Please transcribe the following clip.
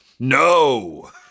No